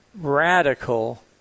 radical